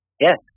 yes